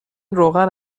روغن